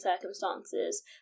circumstances